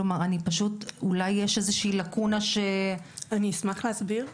אולי יש איזו שהיא לקונה --- אני אשמח להסביר.